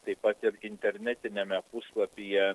taip pat ir internetiniame puslapyje